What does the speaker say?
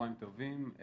צהריים טובים.